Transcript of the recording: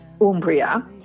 Umbria